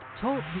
Talk